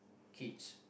kids